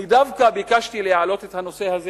דווקא ביקשתי להעלות את הנושא הזה,